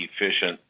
efficient